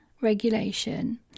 regulation